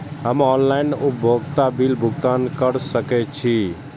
हम ऑनलाइन उपभोगता बिल भुगतान कर सकैछी?